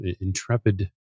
intrepid